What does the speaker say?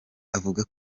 avuga